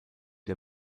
der